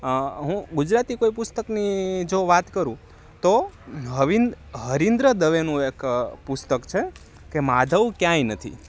હું ગુજરાતી કોઈ પુસ્તકની જો વાત કરું તો હરીન્દ્ર દવેનું એક પુસ્તક છે કે માધવ ક્યાંય નથી